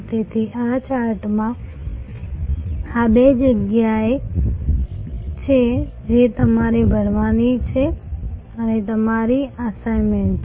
તેથી આ ચાર્ટમાં આ બે જગ્યાઓ છે જે તમારે ભરવાની છે અને તે તમારી અસાઇન્મેન્ટ છે